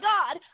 God